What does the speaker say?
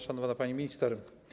Szanowna Pani Minister!